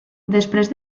després